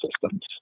systems